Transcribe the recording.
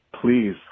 Please